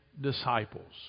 disciples